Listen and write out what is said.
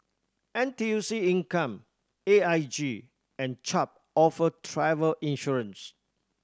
N T U C Income A I G and Chubb offer travel insurance